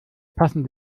passen